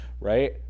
right